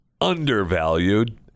undervalued